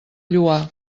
lloar